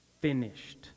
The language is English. finished